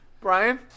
Brian